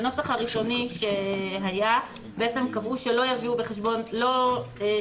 בנוסח הראשוני שהיה קבעו שלא יביאו בחשבון